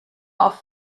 auf